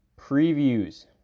previews